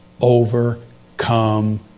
overcome